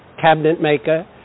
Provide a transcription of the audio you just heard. cabinetmaker